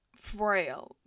frail